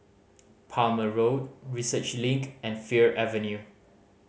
Palmer Road Research Link and Fir Avenue